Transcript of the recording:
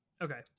Okay